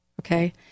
Okay